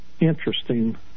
interesting